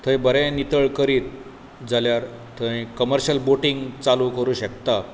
थंय बरें नितळ करीत जाल्यार थंय कमर्श्यल बोटींग चालू करूं शकता